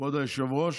כבוד היושב-ראש,